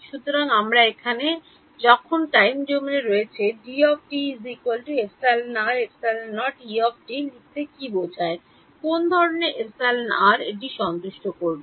সুতরাং আমরা যখন হয়েছে টাইম ডোমেনে লিখে কী বোঝায় কোন ধরণের εr এটি সন্তুষ্ট হয়